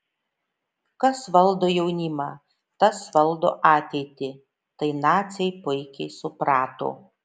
kas valdo jaunimą tas valdo ateitį tai naciai puikiai suprato